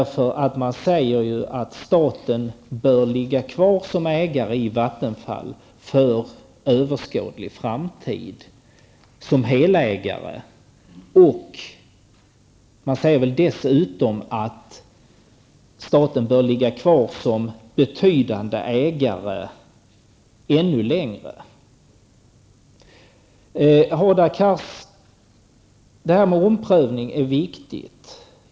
Man säger ju att staten bör vara kvar som helägare i Vattenfall för överskådlig framtid. Dessutom säger man att staten bör vara kvar som betydande ägare under ännu längre tid. Omprövning är viktigt, Hadar Cars.